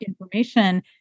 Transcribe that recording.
information